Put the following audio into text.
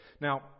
Now